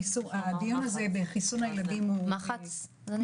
בתמיכת מח"ץ.